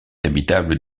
habitable